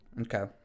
Okay